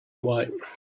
white